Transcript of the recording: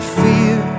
fear